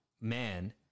man